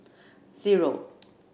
zero